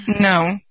No